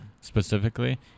specifically